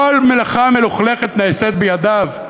כל מלאכה מלוכלכת נעשית בידיו?